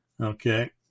Okay